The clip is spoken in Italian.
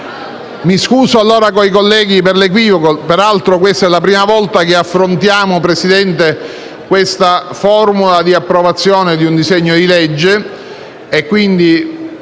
Mi scuso allora con i colleghi per l'equivoco; è la prima volta che affrontiamo, Presidente, questa formula di approvazione di un disegno di legge.